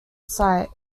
site